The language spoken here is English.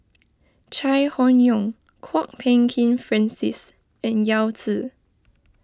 Chai Hon Yoong Kwok Peng Kin Francis and Yao Zi